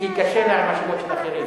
כי קשה לי עם שמות של אחרים.